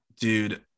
Dude